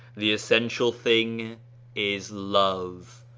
the essential thing is love.